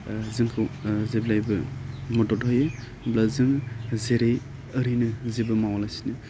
जोंखौ जेब्लायबो मदद होयो होमब्ला जोङो जेरै ओरैनो जेबो मावा लासिनो